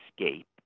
escape